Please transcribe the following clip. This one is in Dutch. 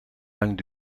lang